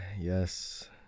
yes